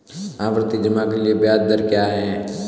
आवर्ती जमा के लिए ब्याज दर क्या है?